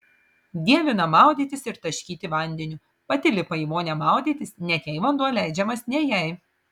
dievina maudytis ir taškyti vandeniu pati lipa į vonią maudytis net jei vanduo leidžiamas ne jai